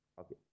Okay